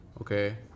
Okay